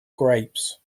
grapes